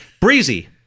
Breezy